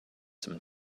some